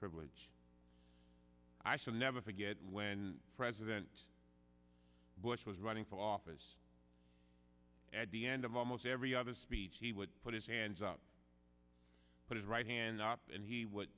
privilege i shall never forget when president bush was running for office at the end of almost every other speech he would put his hands up put his right hand up and he would